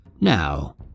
Now